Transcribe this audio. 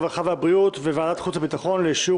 הרווחה והבריאות וועדת החוץ והביטחון לאישור